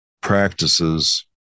practices